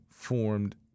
formed